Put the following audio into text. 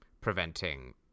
preventing